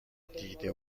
دیده